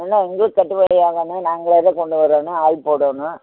ஏன்னா எங்களுக்கும் கட்டுப்படியாகணும் நாங்களும் அதை கொண்டு வரணும் ஆள் போடணும்